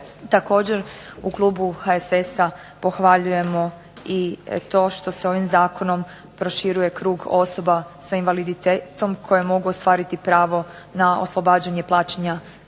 Također u klubu HSS-a pohvaljujemo i to što se ovim zakonom proširuje krug osoba sa invaliditetom koje mogu ostvariti pravo na oslobađanje plaćanja